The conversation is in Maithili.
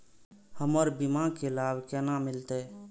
हमर बीमा के लाभ केना मिलते?